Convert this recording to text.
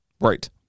Right